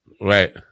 Right